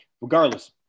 Regardless